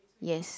yes